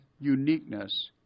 uniqueness